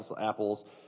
apples